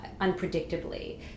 unpredictably